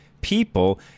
people